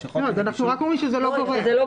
אנחנו רק אומרים שזה לא גורע.